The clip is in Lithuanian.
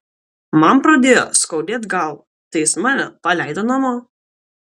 man pradėjo skaudėt galvą tai jis mane paleido namo